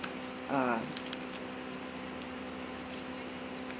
uh